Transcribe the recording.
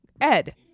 Ed